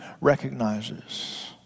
recognizes